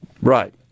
Right